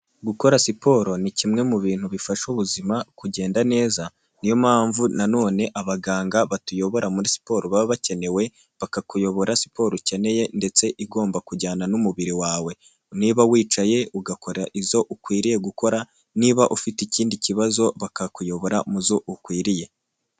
Gukora siporo ni kimwe mu bintu bifasha ubuzima kugenda neza, niyo mpamvu nanone abaganga batuyobora muri siporo baba bakenewe, bakakuyobora siporo ukeneye ndetse igomba kujyana n'umubiri wawe. Niba wicaye ugakora izo ukwiriye gukora, niba ufite ikindi kibazo bakakuyobora mu zo ukwiriye.